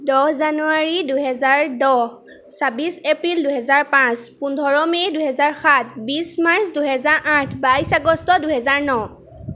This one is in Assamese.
দহ জানুৱাৰী দুহেজাৰ দহ ছাব্বিছ এপ্ৰিল দুহেজাৰ পাঁচ পোন্ধৰ মে' দুহেজাৰ সাত বিছ মাৰ্চ দুহেজাৰ আঠ বাইছ আগষ্ট দুহেজাৰ ন